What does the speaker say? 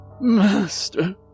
Master